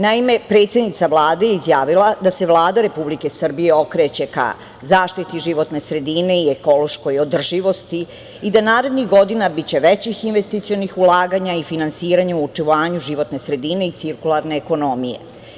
Naime, predsednica Vlade je izjavila da se Vlada Republike Srbije okreće ka zaštiti životne sredine i ekološkoj održivosti i da narednih godina biće većih investicionih ulaganja i finansiranja u očuvanju životne sredine i cirkularne ekonomije.